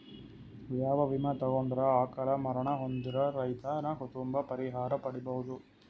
ಯಾವ ವಿಮಾ ತೊಗೊಂಡರ ಅಕಾಲ ಮರಣ ಹೊಂದಿದ ರೈತನ ಕುಟುಂಬ ಪರಿಹಾರ ಪಡಿಬಹುದು?